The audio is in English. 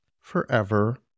Forever